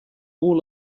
all